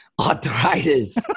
Arthritis